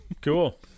Cool